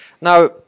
Now